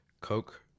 coke